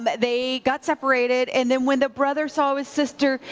but they got separated and then when the brother saw his sister,